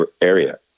area